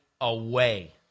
away